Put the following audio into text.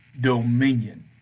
dominion